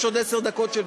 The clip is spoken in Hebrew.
יש עוד עשר דקות.